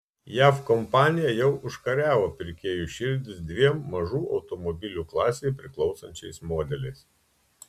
jav kompanija jau užkariavo pirkėjų širdis dviem mažų automobilių klasei priklausančiais modeliais